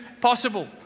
possible